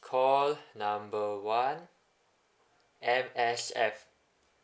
call number one M_S_F